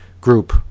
group